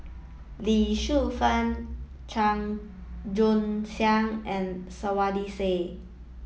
Lee Shu Fen Chua Joon Siang and Saiedah Said